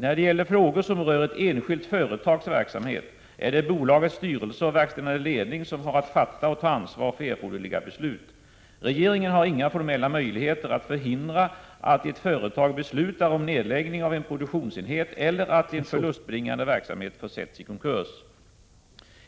När det gäller frågor som rör ett enskilt företags verksamhet är det bolagets styrelse och verkställande ledning som har att fatta och ta ansvar för erforderliga beslut. Regeringen har inga formella möjligheter att förhindra att ett företag beslutar om nedläggning av en produktionsenhet eller att en förlustbringande verksamhet försätts i konkurs.